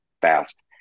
fast